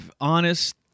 honest